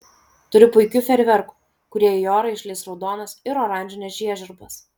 turiu puikių fejerverkų kurie į orą išleis raudonas ir oranžines žiežirbas